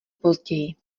později